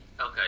Okay